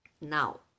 Now